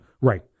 Right